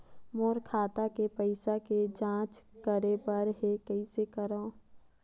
मोर खाता के पईसा के जांच करे बर हे, कइसे करंव?